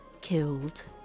killed